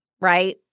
right